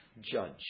judge